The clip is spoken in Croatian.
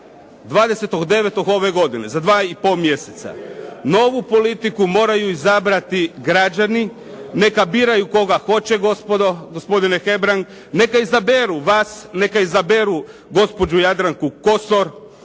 20.9. ove godine, za dva i pol mjeseca. Novu politiku moraju izabrati građani. Neka biraju koga hoće gospodo, gospodine Hebrang, neka izaberu vas, neka izaberu gospođu Jadranku Kosor,